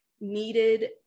needed